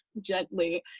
gently